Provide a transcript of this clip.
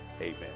amen